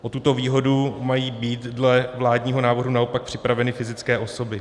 O tuto výhodu mají být dle vládního návrhu naopak připraveny fyzické osoby.